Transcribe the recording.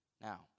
Now